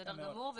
בסדר גמור.